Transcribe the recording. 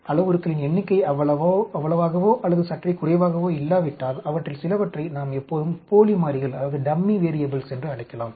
அளவுருக்களின் எண்ணிக்கை அவ்வளவாகவோ அல்லது சற்றே குறைவாகவோ இல்லாவிட்டால் அவற்றில் சிலவற்றை நாம் எப்போதும் போலி மாறிகள் என்று அழைக்கலாம்